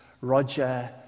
Roger